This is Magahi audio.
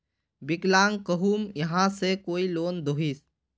विकलांग कहुम यहाँ से कोई लोन दोहिस?